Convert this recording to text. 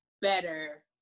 better